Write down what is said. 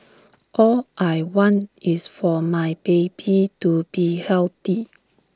all I want is for my baby to be healthy